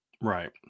Right